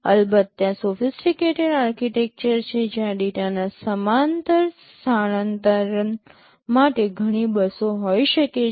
અલબત્ત ત્યાં sophisticated architecture છે જ્યાં ડેટાના સમાંતર સ્થાનાંતરણ માટે ઘણી બસો હોઈ શકે છે